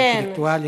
אינטלקטואלים,